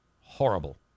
Horrible